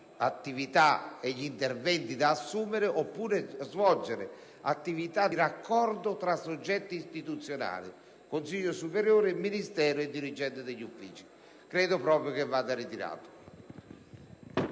attività e gli interventi da assumere oppure svolgere attività di raccordo tra soggetti istituzionali (Consiglio superiore, Ministero e dirigenti degli uffici). Credo proprio che l'ordine